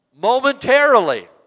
Momentarily